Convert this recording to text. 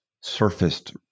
surfaced